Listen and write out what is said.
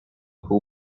był